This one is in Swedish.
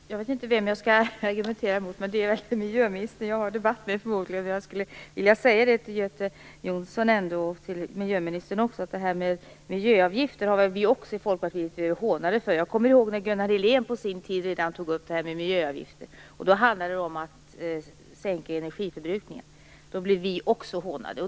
Herr talman! Jag vet inte vem jag skall argumentera emot, men det är förmodligen miljöministern jag för debatt med. Jag skulle ändå vilja säga till Göte Jonsson och till miljöministern att också vi i Folkpartiet har blivit hånade för förslag om miljöavgifter. Jag kommer ihåg att redan Gunnar Helén på sin tid tog upp frågan om miljöavgifter. Då handlade det om att sänka energiförbrukningen. Då blev vi också hånade.